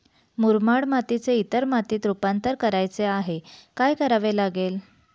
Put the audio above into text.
मुरमाड मातीचे इतर मातीत रुपांतर करायचे आहे, काय करावे लागेल?